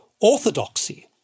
orthodoxy